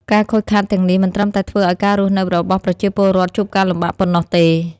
ការខូចខាតទាំងនេះមិនត្រឹមតែធ្វើឱ្យការរស់នៅរបស់ប្រជាពលរដ្ឋជួបការលំបាកប៉ុណ្ណោះទេ។